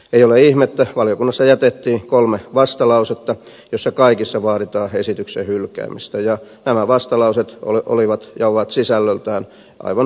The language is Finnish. ei ole ihme että valiokunnassa jätettiin kolme vastalausetta joissa kaikissa vaaditaan esityksen hylkäämistä ja nämä vastalauseet ovat sisällöltään aivan yhdensuuntaisia